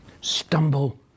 Stumble